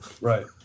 Right